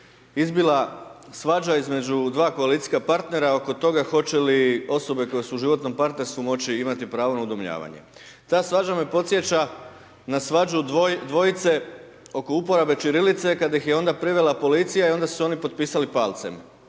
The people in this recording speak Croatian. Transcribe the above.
izbila svađa između dva koalicijska partnera oko toga hoće li osobe koje su u životnom partnerstvu moći imati pravo na udomljavanje. Ta svađa me podsjeća na svađu dvojice oko uporabe ćirilice kad ih je onda privela policija i onda su oni potpisali palcem.